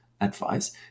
advice